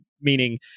meaning